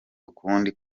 ukundi